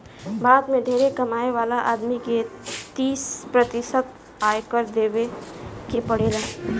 भारत में ढेरे कमाए वाला आदमी के तीस प्रतिशत आयकर देवे के पड़ेला